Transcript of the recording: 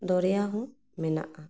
ᱫᱚᱨᱤᱭᱟ ᱦᱚᱸ ᱢᱮᱱᱟᱜᱼᱟ